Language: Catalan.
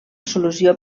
solució